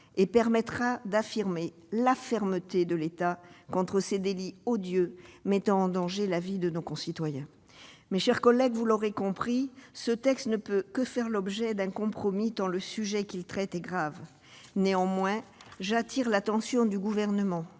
et permettra d'affirmer la fermeté de l'État contre ces délits odieux qui mettent en danger la vie de nos concitoyens. Mes chers collègues, vous l'aurez compris, ce texte ne peut que faire l'objet d'un compromis, tant le sujet qu'il traite est grave. Néanmoins, j'attire l'attention du Gouvernement